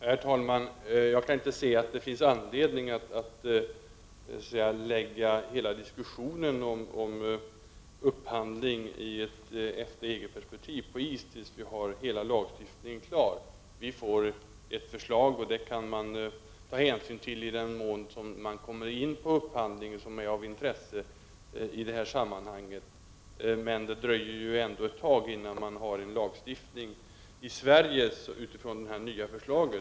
Herr talman! Jag kan inte se att det finns anledning att så att säga lägga hela diskussionen om upphandling sedd i ett EFTA-EG-perspektiv, på is tills hela lagstiftningen är klar. Vi får ett förslag, och detta kan man ta hänsyn till i den mån man kommer in på upphandling som är av intresse i det sammanhanget. Men det dröjer ändå ett tag innan vi i Sverige har en lagstiftning som utgår från detta nya förslag.